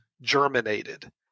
germinated